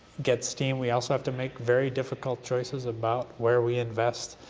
get steam, we also have to make very difficult choices about where we invest